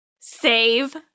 Save